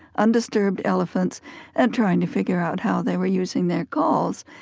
undisturbed elephants and trying to figure out how they were using their calls.